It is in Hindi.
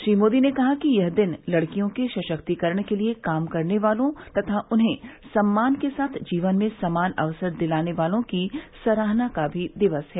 श्री मोदी ने कहा कि यह दिन लडकियों के सशक्तिकरण के लिए काम करने वालों तथा उन्हें सम्मान के साथ जीवन में समान अवसर दिलाने वालों की सराहना का दिवस भी है